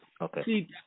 Okay